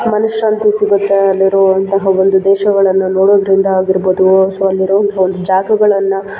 ಮನಃಶಾಂತಿ ಸಿಗುತ್ತೆ ಅಲ್ಲಿ ಇರುವಂತಹ ಒಂದು ದೇಶಗಳನ್ನು ನೋಡೋದ್ರಿಂದ ಆಗಿರ್ಬೋದು ಸೊ ಅಲ್ಲಿ ಇರುವಂತಹ ಒಂದು ಜಾಗಗಳನ್ನು